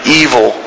evil